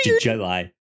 July